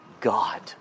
God